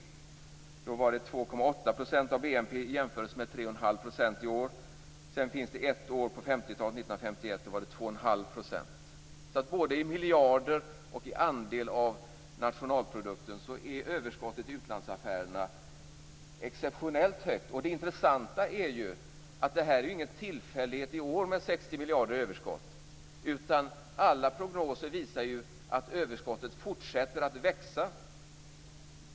Då var det 2,8 % av BNP i jämförelse med 3,5 % i år. Ett år på 50-talet - 1951 - var det 2,5 %. Både räknat i miljarder och i andel av nationalprodukten är överskottet i utlandsaffärerna exceptionellt högt. Det intressanta är att överskottet på 60 miljarder inte är en tillfällighet för i år. Alla prognoser visar att överskottet fortsätter att växa.